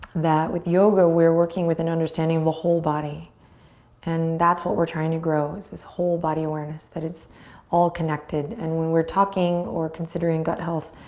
that with yoga we're working with an understanding of a whole body and that's what we're trying to grow is this whole body awareness, that it's all connected and when we're talking or considering gut health,